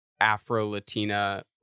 Afro-Latina